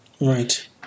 Right